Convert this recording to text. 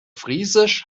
friesisch